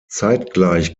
zeitgleich